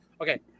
Okay